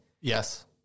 Yes